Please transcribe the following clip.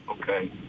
Okay